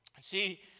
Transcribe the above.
See